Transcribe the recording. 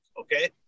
okay